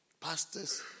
Pastors